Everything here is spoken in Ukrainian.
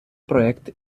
проект